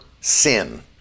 sin